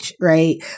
Right